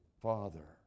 Father